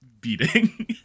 beating